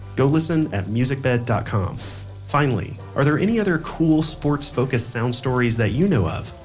go listen at musicbed dot com finally, are there any other cool sports-focused sound stories that you know of?